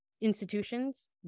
institutions